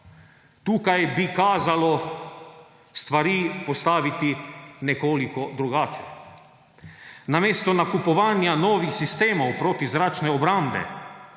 Tukaj bi kazalo stvari postaviti nekoliko drugače. Namesto nakupovanja novih sistemov protizračne obrambe